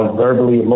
verbally